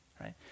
right